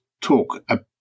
talk